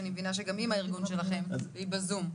אני מבינה שגם היא מהארגון שלכם והיא בזום.